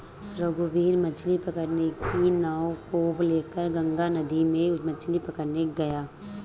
रघुवीर मछ्ली पकड़ने की नाव को लेकर गंगा नदी में मछ्ली पकड़ने गया